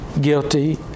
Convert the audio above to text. guilty